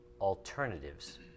alternatives